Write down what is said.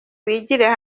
bigire